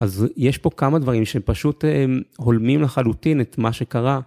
אז יש פה כמה דברים שפשוט הולמים לחלוטין את מה שקרה.